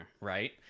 right